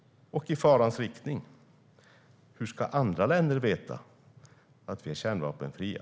Och hur ska andra länder veta att vi är kärnvapenfria?